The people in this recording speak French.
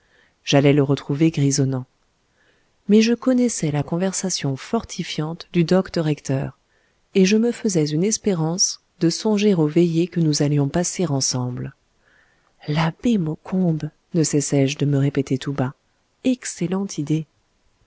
j'allais le retrouver grisonnant mais je connaissais la conversation fortifiante du docte recteur et je me faisais une espérance de songer aux veillées que nous allions passer ensemble l'abbé maucombe ne cessais je de me répéter tout bas excellente idée